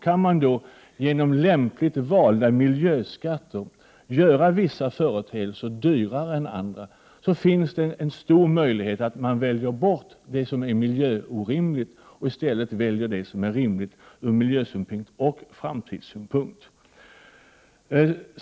Kan man genom lämpligt valda miljöskatter göra vissa företeelser dyrare än andra, finns det en stor möjlighet att näringslivet väljer bort det som är miljöorimligt och i stället väljer det som är rimligt från miljösynpunkt och framtidssynpunkt.